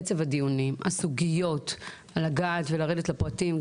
קצב הדיונים, הסוגיות, לגעת ולרדת לפרטים.